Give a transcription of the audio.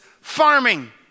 farming